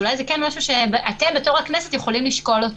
זה אולי משהו שאתם בתור הכנסת יכולים לשקול אותו.